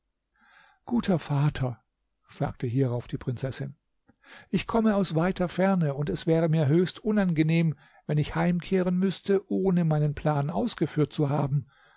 guter vater sagte hierauf die prinzessin ich komme aus weiter ferne und es wäre mir höchst unangenehm wenn ich heimkehren müßte ohne meinen plan ausgeführt zu haben